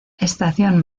estación